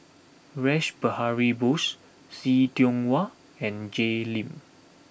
Rash Behari Bose See Tiong Wah and Jay Lim